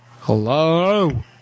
Hello